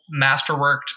masterworked